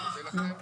אני מודה לכם.